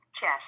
Chess